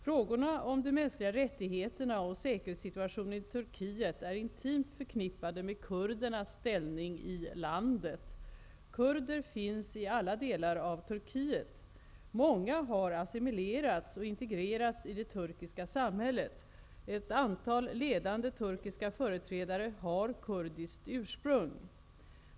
Frågorna om de mänskliga rättigheterna och säkerhetssituationen i Turkiet är intimt förknippade med kurdernas ställning i landet. Kurder finns i alla delar av Turkiet. Många har assimilerats och integrerats i det turkiska samhället. Ett antal ledande turkiska företrädare har kurdiskt ursprung.